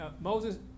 Moses